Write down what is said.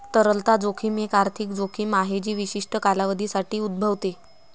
तरलता जोखीम एक आर्थिक जोखीम आहे जी विशिष्ट कालावधीसाठी उद्भवते